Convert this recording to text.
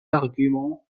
arguments